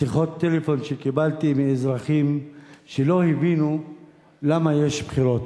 שיחות טלפון שקיבלתי מאזרחים שלא הבינו למה יש בחירות.